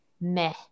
meh